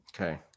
Okay